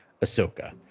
Ahsoka